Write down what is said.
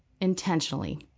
intentionally